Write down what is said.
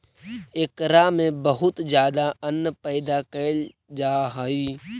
एकरा में बहुत ज्यादा अन्न पैदा कैल जा हइ